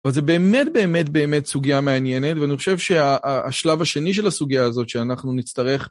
אבל זו באמת באמת באמת סוגיה מעניינת, ואני חושב שהשלב השני של הסוגיה הזאת שאנחנו נצטרך...